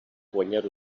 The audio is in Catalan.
guanyar